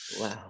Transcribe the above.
Wow